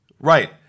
Right